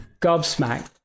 gobsmacked